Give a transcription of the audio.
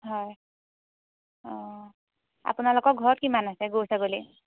হয় অঁ আপোনালোকৰ ঘৰত কিমান আছে গৰু ছাগলী